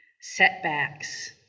setbacks